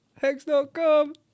Hex.com